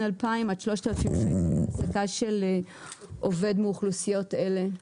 2,000-3,000 שקל להעסקה של עובד מאוכלוסיות אלה.